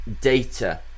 data